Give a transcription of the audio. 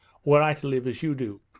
were i to live as you do.